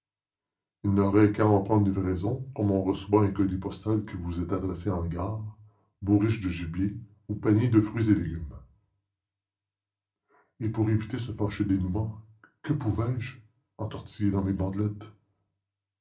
il n'aurait qu'à en prendre livraison comme on reçoit un colis postal qui vous est adressé en gare bourriche de gibier ou panier de fruits et légumes et pour éviter ce fâcheux dénouement que pouvais-je entortillé dans mes bandelettes